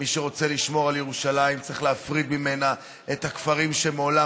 מי שרוצה לשמור על ירושלים צריך להפריד ממנה את הכפרים שמעולם